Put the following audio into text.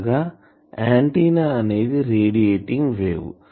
అనగా ఆంటిన్నా అనేది radiating wave